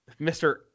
mr